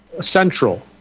central